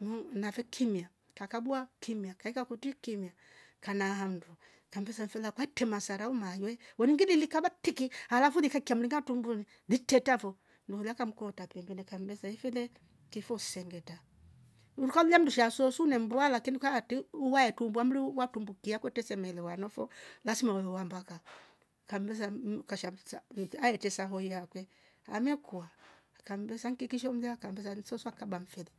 Mhh nave kimya kakabwa kimya, kaeka kuti kimya kana hamndo kambesa mfela kwaita masara umajwe wengi dilikaba tki alafu likakia mrika tumbuni likteta vo noria kamko tapembeleka mlesa ifile kifo usengeta ukalwa mjundu sha susuwo nemba lakini ukayati uwaetumbua mruwa tumbukia kwete semewele wanafo lazima wawe wambaka kambesa mmh kashamsa niita aretesa hoyakwe amia kwa akambesa nkiki shomlia akambesa nisoswa kaba mfele